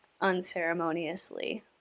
unceremoniously